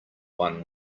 won